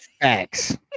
Facts